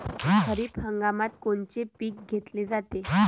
खरिप हंगामात कोनचे पिकं घेतले जाते?